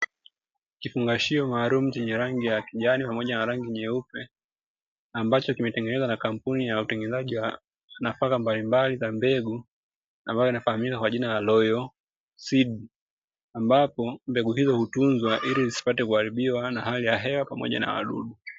Kifungashio maalumu chenye rangi ya kijani pamoja na rangi nyeupe ambacho kimetengenezwa na kampuni ya utengenezaji wa nafaka mbalimbali za mbegu ambayo inafahamika kwa jina la "royalseed", ambapo mbegu hizo hutunzwa ili zisipate kuharibiwa na hali ya hewa pamoja na wadudu.